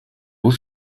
aux